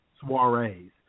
soirees